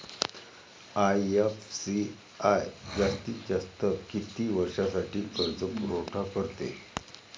IFCI जास्तीत जास्त किती वर्षासाठी कर्जपुरवठा करते?